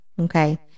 okay